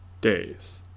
days